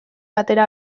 atera